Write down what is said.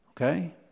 Okay